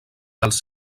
dels